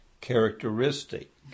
characteristic